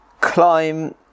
climb